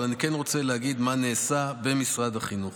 אבל אני כן רוצה להגיד מה נעשה במשרד החינוך.